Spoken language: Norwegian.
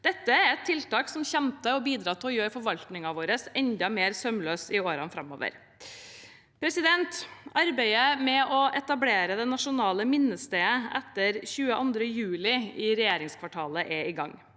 Dette er et tiltak som kommer til å bidra til å gjøre forvaltningen vår enda mer sømløs i årene framover. Arbeidet med å etablere det nasjonale minnestedet etter 22. juli i regjeringskvartalet er i gang.